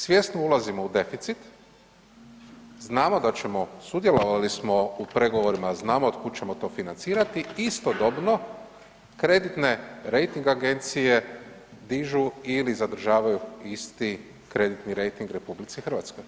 Svjesno ulazimo u deficit, znamo da ćemo, sudjelovali smo u pregovorima znamo od kud ćemo to financirati, istodobno kreditne rejting agencije dižu ili zadržavaju isti kreditni rejting RH.